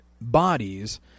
bodies